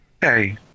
Hey